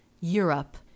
Europe